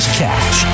cash